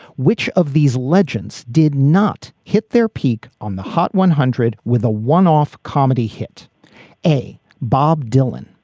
which of these legends did not hit their peak on the hot one hundred with a one off comedy hit a, bob dylan,